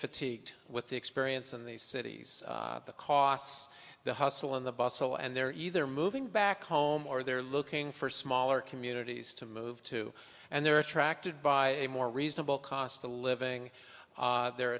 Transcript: fatigued with the experience in these cities the costs the hustle and the bustle and they're either moving back home or they're looking for smaller communities to move to and they're attracted by a more reasonable cost of living they're